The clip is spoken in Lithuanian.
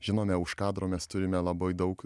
žinome už kadro mes turime labai daug